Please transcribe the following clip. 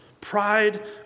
Pride